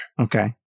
okay